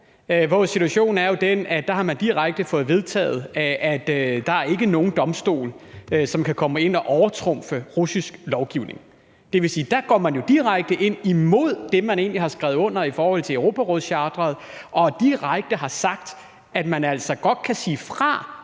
hvor situationen jo er den, at man direkte har fået vedtaget, at der ikke er nogen domstol, som kan komme ind og overtrumfe russisk lovgivning. Det vil sige, at der går man direkte imod det, man egentlig har skrevet under på i forhold til europarådscharteret, og har direkte sagt, at man altså godt kan sige fra